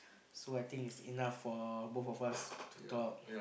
so I think is enough for both of us to talk